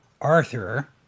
Arthur